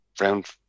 round